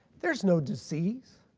there's no deceit.